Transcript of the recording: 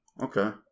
okay